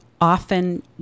often